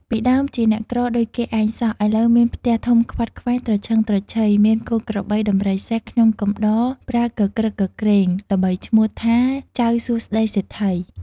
ពីដើម ជាអ្នកក្រដូចគេឯងសោះ ឥឡូវមានផ្ទះធំខ្វាត់ខ្វែងត្រឈឹងត្រឈៃ មានគោក្របី ដំរី សេះ ខ្ញុំកំដរប្រើគគ្រឹកគគ្រេង ល្បីឈ្មោះថា ចៅសួស្ដិ៍សេដ្ឋី។